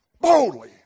Boldly